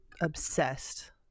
obsessed